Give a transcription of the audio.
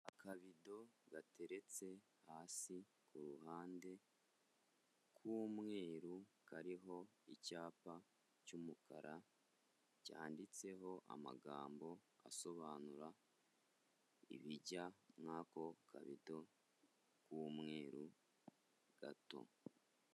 Akabido gateretse hasi ku ruhande k'umweru kariho icyapa cy'umukara, cyanditseho amagambo asobanura ibijya muri ako kabido k'umweru gato.